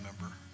member